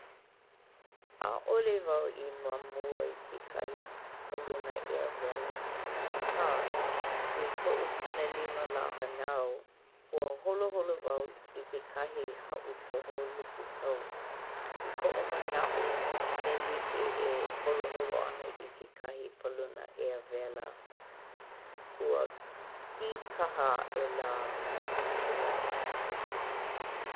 ʻAʻole wau i mamua i kekahi paluna ea wela. Akā, i koʻu kanalima lā hānau ua holoholo wau i kekahi haʻupoho lupekau. I koʻu manaʻo me like e holoholo ʻana i kekahi paluna ʻea wela Ua kīkaha aʻe la i ka lani.